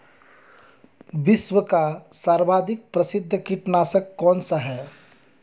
विश्व का सर्वाधिक प्रसिद्ध कीटनाशक कौन सा है?